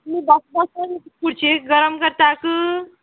तुमी बस बसोन खुर्ची गरम करतातू